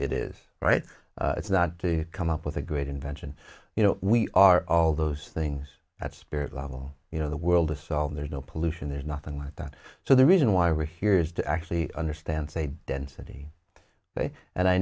it is right it's not to come up with a great invention you know we are all those things at spirit level you know the world is solved there's no pollution there's nothing like that so the reason why we're here is to actually understand say density but and i